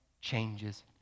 changes